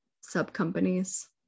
sub-companies